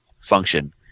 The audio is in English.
function